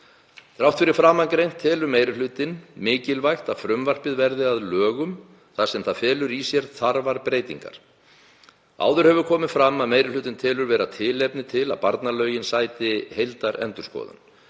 Þrátt fyrir framangreint telur meiri hlutinn mikilvægt að frumvarpið verði að lögum þar sem það felur í sér þarfar breytingar. Áður hefur komið fram að meiri hlutinn telur vera tilefni til að barnalögin sæti heildarendurskoðun.